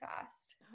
fast